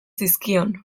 zizkion